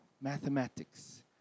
mathematics